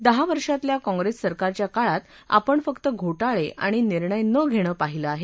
दहा वर्षांतल्या काँग्रेस सरकारच्या काळात आपण फक्त घोटाळे आणि निर्णय न घेणं पाहिलं आहे